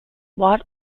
wat